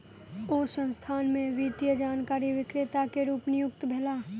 ओ संस्थान में वित्तीय जानकारी विक्रेता के रूप नियुक्त भेला